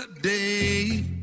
day